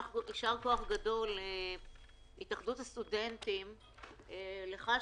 מספקות מענה הוגן שמאפשר לסטודנטים לנשום